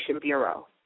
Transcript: Bureau